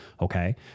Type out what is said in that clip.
Okay